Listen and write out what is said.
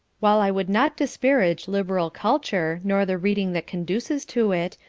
while i would not disparage liberal culture, nor the reading that conduces to it,